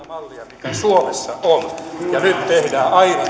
mallia mikä suomessa on ja nyt tehdään aivan